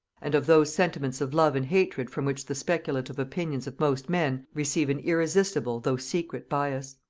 and of those sentiments of love and hatred from which the speculative opinions of most men receive an irresistible though secret bias.